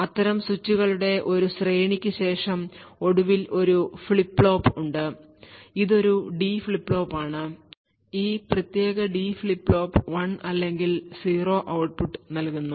അത്തരം സ്വിച്ചുകളുടെ ഒരു ശ്രേണിക്ക് ശേഷം ഒടുവിൽ ഒരു ഫ്ലിപ്പ് ഫ്ലോപ്പ് ഉണ്ട് ഇതൊരു ഡി ഫ്ലിപ്പ് ഫ്ലോപ്പാണ് ഈ പ്രത്യേക ഡി ഫ്ലിപ്പ് ഫ്ലോപ്പ് 1 അല്ലെങ്കിൽ 0 ഔട്ട്പുട്ട് നൽകുന്നു